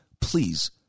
please